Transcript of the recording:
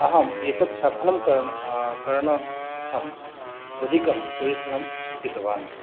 अहं एतत् सफलं करण करणार्थम् अधिकं परिश्रमं कृतवान्